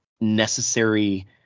necessary